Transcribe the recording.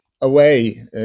away